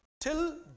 Till